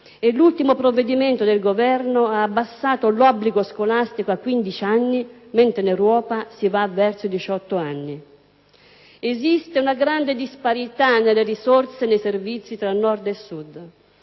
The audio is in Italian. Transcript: l'ultimo provvedimento del Governo ha abbassato l'obbligo scolastico a 15 anni, mentre in Europa si va verso i 18 anni. Esiste una grande disparità nelle risorse e nei servizi tra Nord e Sud,